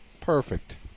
Perfect